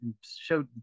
show